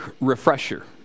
refresher